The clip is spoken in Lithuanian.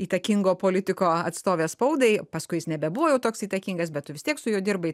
įtakingo politiko atstovė spaudai paskui jis nebebuvo jau toks įtakingas bet tu vis tiek su juo dirbai